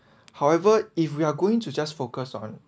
however if we are going to just focus on